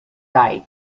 died